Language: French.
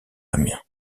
amiens